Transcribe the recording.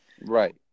right